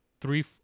three